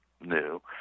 new